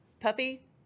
puppy